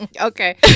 okay